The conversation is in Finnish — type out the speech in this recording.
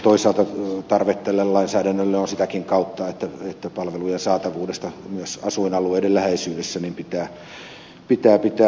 toisaalta tarvetta tälle lainsäädännölle on sitäkin kautta että palvelujen saatavuudesta myös asuinalueiden läheisyydessä pitää pitää huolta